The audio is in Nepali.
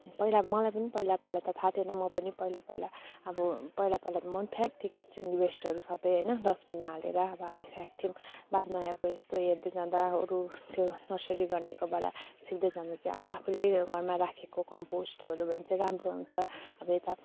पहिला मलाई पनि पहिला पहिला त थाहा थिएन म पनि पहिला पहिला अब पहिला पहिला म पनि फ्याँक्थेँ किचन वेस्टहरू सबै होइन डस्टबिनमा हालेर अब हामी फ्याँक्थ्यौँ बादमा अब यस्तो हेर्दै जाँदा अरू त्यो नर्सरी गर्नेकोबाट सिक्दै जाँदा चाहिँ अब आफूले घरमा राखेको कम्पोस्टहरू भने चाहिँ राम्रो हुन्छ अब यता